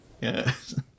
Yes